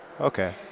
okay